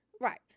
Right